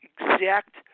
exact